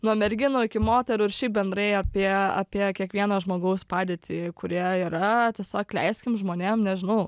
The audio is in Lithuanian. nuo merginų iki moterų ir šiaip bendrai apie apie kiekvieno žmogaus padėtį kurie yra tiesiog leiskim žmonėm nežinau